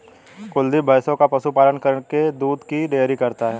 कुलदीप भैंसों का पशु पालन करके दूध की डेयरी करता है